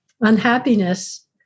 unhappiness